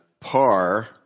Par